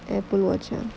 Apple watch ah